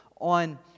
on